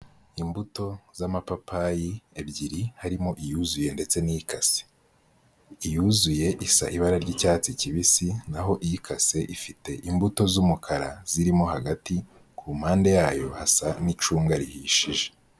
Imbuto z'amapapayi ebyiri harimo iyuzuye ndetse n'ikase. Iyuzuye isa ibara ry'icyatsi kibisi naho ikase ifite imbuto z'umukara zirimo hagati, ku mpande yayo hasa nk'icunga rihishije.